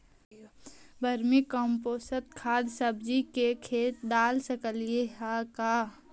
Vermi compost खाद सब्जी के खेत दाल सकली हे का?